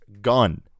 gun